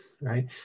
right